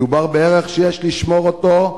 מדובר בערך שיש לשמור אותו,